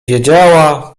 wiedziała